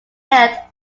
held